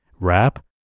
wrap